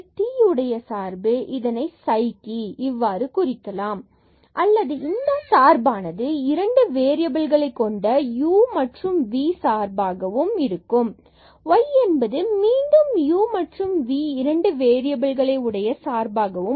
இதனை நாம் psi t என இவ்வாறு குறிக்கலாம் அல்லது இந்த x சார்பானது இரண்டு வேறியபில்களை கொண்ட u மற்றும் v சார்பாகவும் ஆகும் மற்றும் y என்பது மீண்டும் u மற்றும் v இரண்டு வேறியபில்களை உடைய சார்பாகவும் உள்ளது